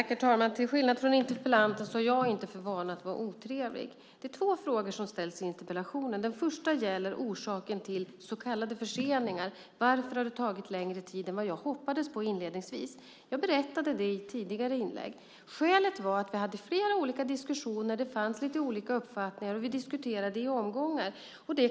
Herr talman! Till skillnad från interpellanten har jag inte för vana att vara otrevlig. Det är två frågor som ställs i interpellationen. Den första gäller orsaken till så kallade förseningar. Varför har det tagit längre tid än vad jag hoppades på inledningsvis? Jag berättade det i ett tidigare inlägg. Skälet var att vi hade flera olika diskussioner och att det fanns lite olika uppfattningar. Och vi diskuterade i omgångar.